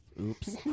Oops